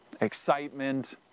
excitement